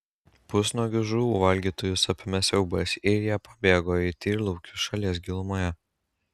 pusnuogius žuvų valgytojus apėmė siaubas ir jie pabėgo į tyrlaukius šalies gilumoje